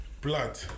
blood